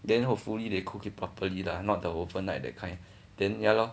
then hopefully they cook it properly lah not the overnight that kind then ya lor